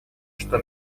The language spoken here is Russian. что